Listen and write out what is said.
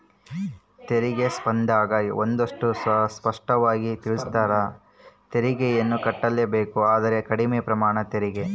ತೆರಿಗೆ ಸ್ಪರ್ದ್ಯಗ ಒಂದಷ್ಟು ಸ್ಪಷ್ಟವಾಗಿ ತಿಳಿಸ್ಯಾರ, ತೆರಿಗೆಯನ್ನು ಕಟ್ಟಲೇಬೇಕು ಆದರೆ ಕಡಿಮೆ ಪ್ರಮಾಣದ ತೆರಿಗೆ